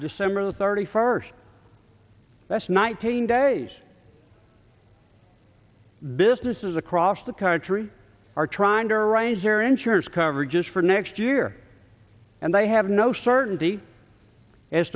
december thirty first that's nineteen days businesses across the country are trying to arrange their insurance coverage for next year and they have no certainty as